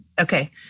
Okay